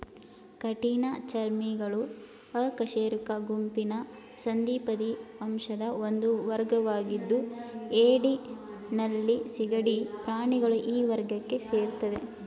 ಕಠಿಣ ಚರ್ಮಿಗಳು ಅಕಶೇರುಕ ಗುಂಪಿನ ಸಂಧಿಪದಿ ವಂಶದ ಒಂದು ವರ್ಗವಾಗಿದ್ದು ಏಡಿ ನಳ್ಳಿ ಸೀಗಡಿ ಪ್ರಾಣಿಗಳು ಈ ವರ್ಗಕ್ಕೆ ಸೇರ್ತವೆ